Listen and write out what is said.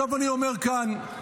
עכשיו אני אומר כאן,